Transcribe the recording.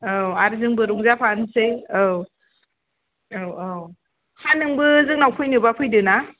औ आर जोंबो रंजाफानोसै औ औ औ हा नोंबो जोंनाव फैनोबा फैदोना